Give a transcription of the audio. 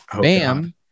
Bam